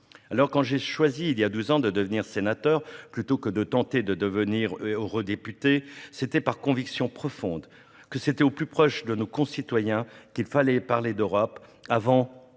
Quand j'ai choisi il y a douze ans de devenir sénateur, plutôt que de tenter de devenir eurodéputé, j'avais la conviction profonde que c'était au plus proche de nos concitoyens qu'il fallait parler d'Europe, afin